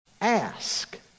Ask